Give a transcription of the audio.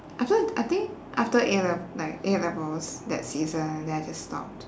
after I think after A lev~ like A levels that season then I just stopped